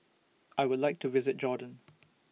I Would like to visit Jordan